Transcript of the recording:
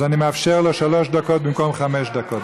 אז אני מאפשר לו שלוש דקות במקום חמש דקות.